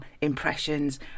impressions